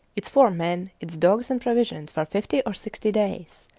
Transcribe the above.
its four men, its dogs and provisions for fifty or sixty days.